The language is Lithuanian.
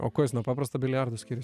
o kuo jis nuo paprasto biliardo skiriasi